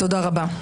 תודה רבה.